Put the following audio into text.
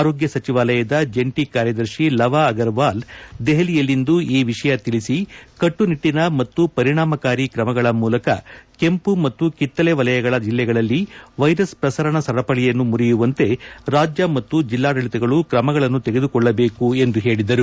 ಆರೋಗ್ನ ಸಚಿವಾಲಯದ ಜಂಟಿ ಕಾರ್ಯದರ್ಶಿ ಲವ ಅಗರವಾಲ್ ದೆಹಲಿಯಲ್ಲಿಂದು ಈ ವಿಷಯ ತಿಳಿಸಿ ಕಟ್ಟುನಿಟ್ಟನ ಮತ್ತು ಪರಿಣಾಮಕಾರಿ ಕ್ರಮಗಳ ಮೂಲಕ ಕೆಂಪು ಮತ್ತು ಕಿತ್ತಳೆ ವಲಯಗಳ ಜಿಲ್ಲೆಗಳಲ್ಲಿ ವೈರಸ್ ಪ್ರಸರಣ ಸರಪಳಿಯನ್ನು ಮುರಿಯುವಂತೆ ರಾಜ್ಯ ಮತ್ತು ಜೆಲ್ಲಾಡಳಿತಗಳು ಕ್ರಮಗಳನ್ನು ತೆಗೆದುಕೊಳ್ಳಬೇಕು ಎಂದು ಹೇಳಿದರು